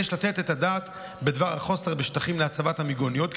יש לתת את הדעת בדבר החוסר בשטחים להצבת המיגוניות,